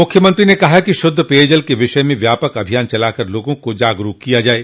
मुख्यमंत्री ने कहा कि शुद्ध पेयजल के विषय में व्यापक अभियान चला कर लोगों को जागरूक किया जाये